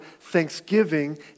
thanksgiving